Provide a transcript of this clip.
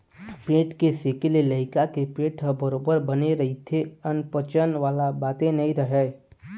पेट के सेके ले लइका के पेट ह बरोबर बने रहिथे अनपचन वाले बाते नइ राहय